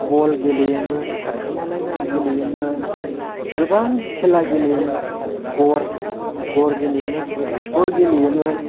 बल गेलेयोमोन थाखोमालायनाय गेलेयोमोन गोबां खेला गेलेयोमोन गर गर गेलेयोमोन थिखर गेलेयोमोन